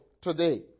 today